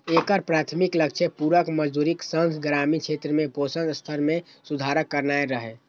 एकर प्राथमिक लक्ष्य पूरक मजदूरीक संग ग्रामीण क्षेत्र में पोषण स्तर मे सुधार करनाय रहै